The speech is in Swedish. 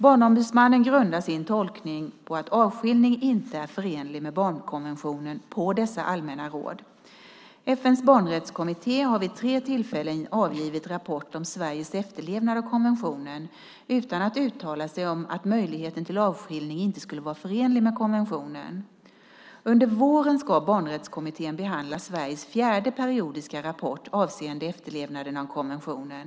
Barnombudsmannen grundar sin tolkning på att avskiljning inte är förenligt med barnkonventionen på dessa allmänna råd. FN:s barnrättskommitté har vid tre tillfällen avgivit rapport om Sveriges efterlevnad av konventionen utan att uttala sig om att möjligheten till avskiljning inte skulle vara förenlig med konventionen. Under våren ska barnrättskommittén behandla Sveriges fjärde periodiska rapport avseende efterlevnaden av konventionen.